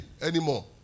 anymore